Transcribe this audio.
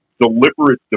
deliberate